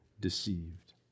deceived